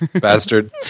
Bastard